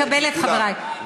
מקבלת, חברי.